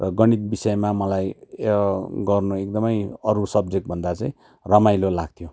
र गणित विषयमा मलाई गर्नु एकदमै अरू सब्जेक्टभन्दा चाहिँ रमाइलो लाग्थ्यो